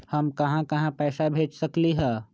हम कहां कहां पैसा भेज सकली ह?